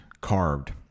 carved